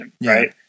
right